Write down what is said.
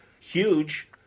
huge